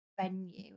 venue